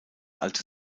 alte